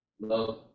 Love